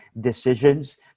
decisions